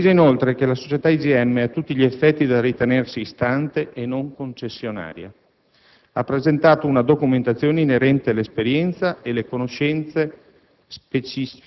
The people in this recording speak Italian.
Si precisa, inoltre, che la società IGM, a tutti gli effetti da ritenersi istante e non concessionaria, ha presentato una documentazione inerente l'esperienza e le conoscenze